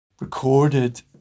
recorded